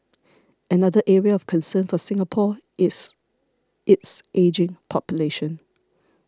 another area of concern for Singapore is its ageing population